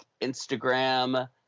Instagram